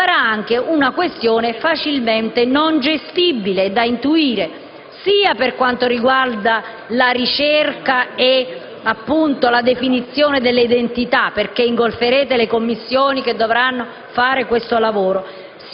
si può intuire, non facilmente gestibile, sia per quanto riguarda la ricerca e la definizione delle identità - perché ingolferete le commissioni che dovranno fare questo lavoro